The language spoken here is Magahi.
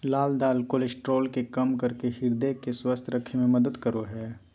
लाल दाल कोलेस्ट्रॉल के कम करके हृदय के स्वस्थ रखे में मदद करो हइ